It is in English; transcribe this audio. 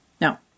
Now